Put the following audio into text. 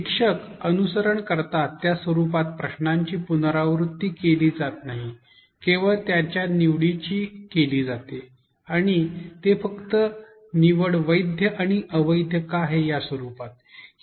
शिक्षक अनुसरण करतात त्या स्वरूपात प्रश्नांची पुनरावृत्ती केली जात नाही केवळ त्याच्या निवडीची केली जाते आणि ते पण फक्त निवडी वैध आणि अवैध का आहे या स्वरूपात